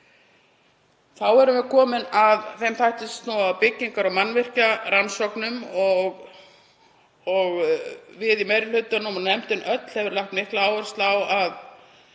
Þá erum við komin að þeim þætti er snýr að byggingar- og mannvirkjarannsóknum. Við í meiri hlutanum og nefndin öll hefur lagt mikla áherslu á að